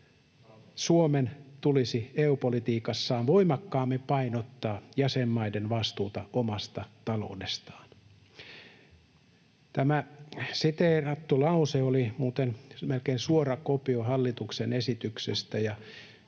Suomen tulisi EU-politiikassaan voimakkaammin painottaa jäsenmaiden vastuuta omasta taloudestaan. Tämä siteerattu lause oli muuten melkein suora kopio hallituksen esityksestä,